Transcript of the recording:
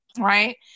Right